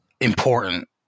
important